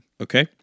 Okay